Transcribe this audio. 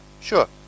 Sure